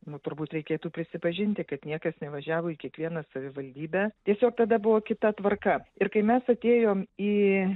nu turbūt reikėtų prisipažinti kad niekas nevažiavo į kiekvieną savivaldybę tiesiog tada buvo kita tvarka ir kai mes atėjom į